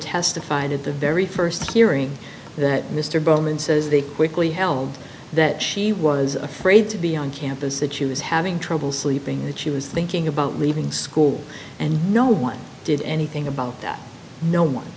testified at the very st hearing that mr bowman says they quickly held that she was afraid to be on campus that she was having trouble sleeping that she was thinking about leaving school and no one did anything about that no one